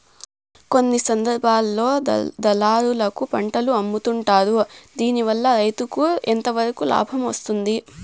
కొన్ని సందర్భాల్లో దళారులకు పంటలు అమ్ముతుంటారు దీనివల్ల రైతుకు ఎంతవరకు లాభం వస్తుంది?